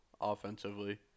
offensively